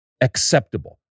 acceptable